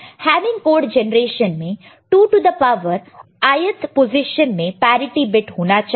Hamming code generation में 2 two the power i th position में parity bit होना चाहिए